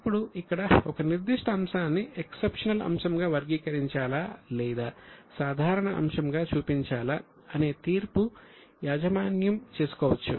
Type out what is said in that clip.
ఇప్పుడు ఇక్కడ ఒక నిర్దిష్ట అంశాన్ని ఎక్సెప్షనల్ అంశం గా వర్గీకరించాలా లేదా సాధారణ అంశం గా చూపించాలా అనే తీర్పు యాజమాన్యం చేసుకోవచ్చు